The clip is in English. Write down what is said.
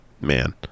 Man